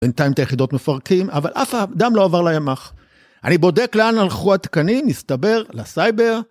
בינתיים את היחידות מפרקים, אבל אף אדם לא עובר לימ"ח. אני בודק לאן הלכו התקנים, נסתבר לסייבר.